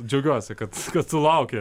džiaugiuosi kad kad tu lauki